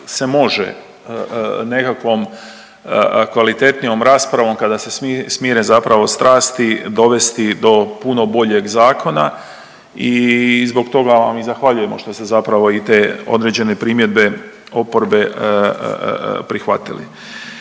se može nekakvom kvalitetnijom raspravom kada se smire zapravo strasti dovesti do puno boljeg zakona i zbog toga vam i zahvaljujemo što ste zapravo i te određene primjedbe oporbe prihvatili.